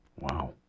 Wow